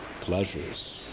pleasures